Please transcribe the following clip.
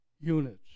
units